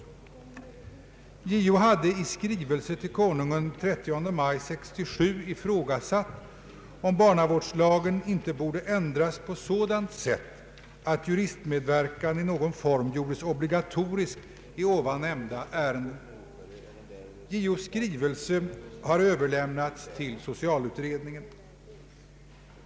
JO hade i skrivelse till Konungen den 30 maj 1967 ifrågasatt om barnavårdslagen icke borde ändras på sådant sätt att juristmedverkan i någon form gjordes obligatorisk i ovannämnda ärenden. JO:s skrivelse har överlämnats till socialutredningen.